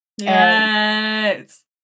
Yes